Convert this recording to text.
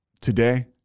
today